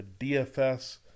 DFS